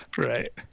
Right